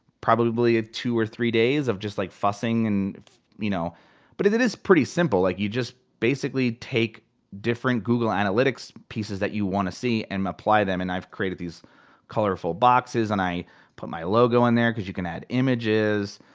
probably ah two or three days of just like fussing. and you know but it is pretty simple, like you just basically take different google analytics pieces that you want to see, and apply them. and i've created these colorful boxes. and i put my logo in there, because you can add images.